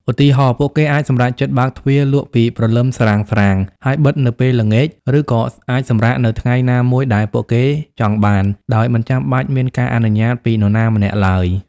ឧទាហរណ៍ ពួកគេអាចសម្រេចចិត្តបើកទ្វារលក់ពីព្រលឹមស្រាងៗ ហើយបិទនៅពេលល្ងាច ឬក៏អាចសម្រាកនៅថ្ងៃណាមួយដែលពួកគេចង់បាន ដោយមិនចាំបាច់មានការអនុញ្ញាតពីនរណាម្នាក់ឡើយ។